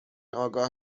آگاه